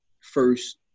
first